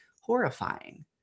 horrifying